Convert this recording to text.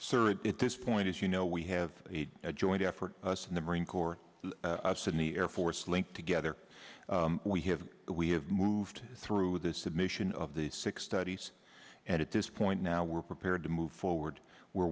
sir at this point as you know we have a joint effort in the marine corps us in the air force linked together we have we have moved through the submission of these six studies and at this point now we're prepared to move forward we're